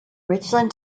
richland